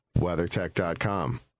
WeatherTech.com